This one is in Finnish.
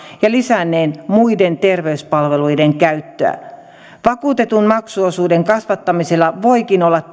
ja lisänneen muiden terveyspalveluiden käyttöä vakuutetun maksuosuuden kasvattamisella voikin olla